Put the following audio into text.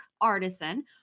artisan